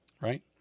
right